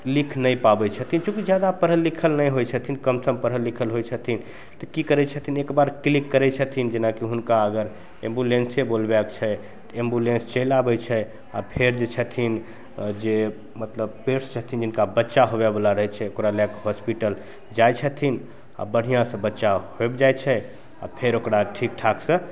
लिखि नहि पाबै छथिन चूँकि जादा पढ़ल लिखल नहि होइ छथिन कमसम पढ़ल लिखल होइ छथिन तऽ कि करै छथिन एकबेर क्लिक करै छथिन जेनाकि हुनका अगर एम्बुलेन्से बोलबैके छै तऽ एम्बुलेन्स चलि आबै छै आओर फेर जे छथिन जे मतलब पेटसे छथिन जिनका बच्चा होबेवला रहै छनि ओकरा लैके हॉस्पिटल जाइ छथिन आओर बढ़िआँसँ बच्चा होइ जाइ छै आओर फेर ओकरा ठीकठाकसे